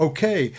Okay